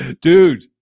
Dude